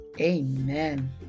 amen